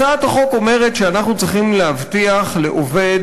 הצעת החוק אומרת שאנחנו צריכים להבטיח לעובד